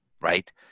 Right